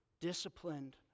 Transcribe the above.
disciplined